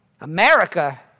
America